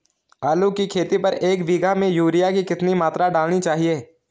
आलू की खेती पर एक बीघा में यूरिया की कितनी मात्रा डालनी चाहिए?